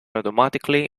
automatically